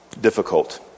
difficult